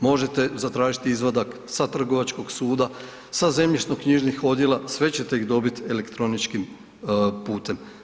Možete zatražiti izvadak sa trgovačkog suda, sa zemljišnoknjižnih odjela, sve ćete ih dobit elektroničkim putem.